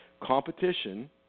competition